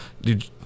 dude